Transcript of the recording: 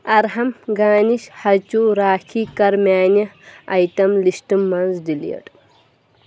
ارہام گَنیش ہچوٗ راکھی کَر میانہِ آیٹم لسٹہٕ منٛز ڈیلیٖٹ